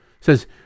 Says